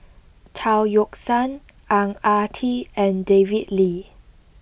Chao Yoke San Ang Ah Tee and David Lee